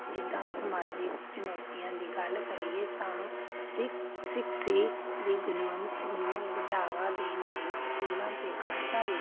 ਜਿੱਦਾਂ ਸਮਾਜਿਕ ਚੁਣੌਤੀਆਂ ਦੀ ਗੱਲ ਕਰੀਏ ਤਾਂ ਸਿੱਖ ਸਿੱਖ ਸੀ ਦੀ ਗੁਣਵੰਤ ਨੂੰ ਵਡਾਵਾ ਦੇਣ ਲਈ ਸਕੂਲਾਂ ਅਤੇ ਕਾਲਜਾਂ ਵਿੱਚ